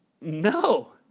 no